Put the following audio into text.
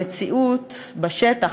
המציאות בשטח,